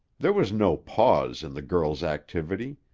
there was no pause in the girl's activity.